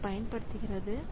அதைப் பயன்படுத்துகிறது